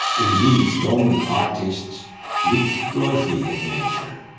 indeed, roman artists looked closely at nature.